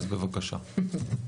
אז בבקשה.